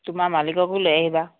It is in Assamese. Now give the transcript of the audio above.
তোমাৰ মালিককো লৈ আহিবা